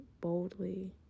boldly